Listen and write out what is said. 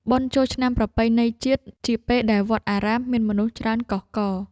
បុណ្យចូលឆ្នាំថ្មីប្រពៃណីជាតិ ជាពេលដែលវត្តអារាមមានមនុស្សច្រើនកុះករ។